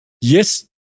Yes